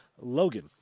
Logan